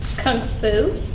kung fu?